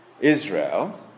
Israel